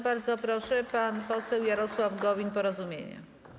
Bardzo proszę, pan poseł Jarosław Gowin, Porozumienie.